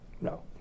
no